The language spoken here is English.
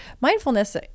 mindfulness